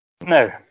No